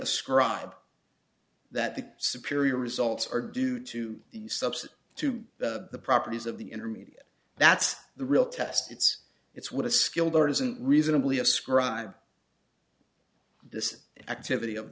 ascribe that the superior results are due to the subset to the properties of the intermediate that's the real test it's it's what a skilled artisan reasonably ascribe this activity of